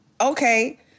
Okay